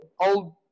Old